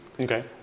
Okay